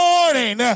morning